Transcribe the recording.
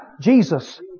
Jesus